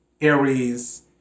Aries